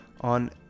on